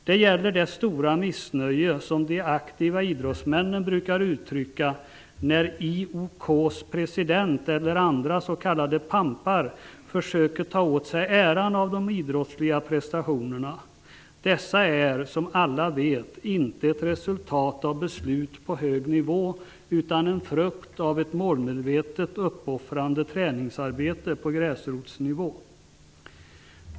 Det gäller det stora missnöje som de aktiva idrottsmännen brukar uttrycka när IOK:s president eller andra s.k. pampar försöker ta åt sig äran av de idrottsliga prestationerna. Dessa är, som alla vet, inte resultat av beslut på hög nivå utan en frukt av målmedvetet, uppoffrande träningsarbete på gräsrotsnivå.